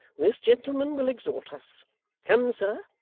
this gentleman will exhort us come, sir,